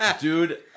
dude